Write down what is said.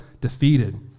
defeated